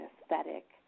aesthetic